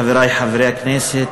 חברי חברי הכנסת,